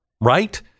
right